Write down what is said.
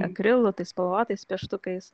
akrilu tai spalvotais pieštukais